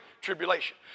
Tribulation